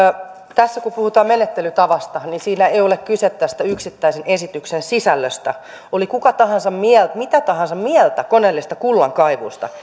tässä puhutaan menettelytavasta niin siinä ei ole kyse tästä yksittäisen esityksen sisällöstä oli kuka tahansa mitä tahansa mieltä koneellisesta kullankaivuusta